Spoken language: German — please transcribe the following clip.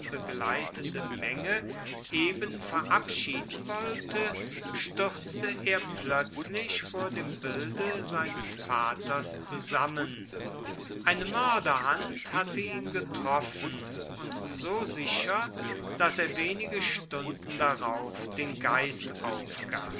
begleitende menge eben verabschieden wollte stürzte er plötzlich vor dem bilde seines vaters zusammen eine mörderhand hatte ihn getroffen und so sicher daß er wenige stunden darauf den geist aufgab